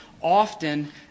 often